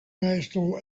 national